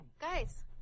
Guys